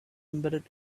embedded